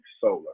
Solar